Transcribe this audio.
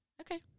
Okay